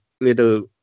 little